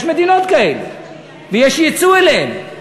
יש מדינות כאלה ויש יצוא אליהן,